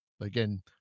again